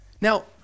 Now